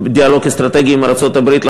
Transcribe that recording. לדיאלוג האסטרטגי עם ארצות-הברית.